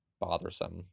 bothersome